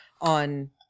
on